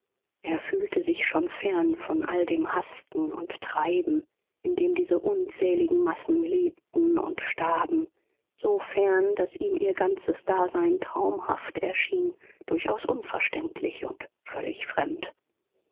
er fühlte sich schon fern von all dem hasten und treiben in dem diese unzähligen massen lebten und starben so fern daß ihm ihr ganzes dasein traumhaft erschien durchaus unverständlich und völlig fremd